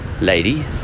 lady